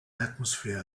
atmosphere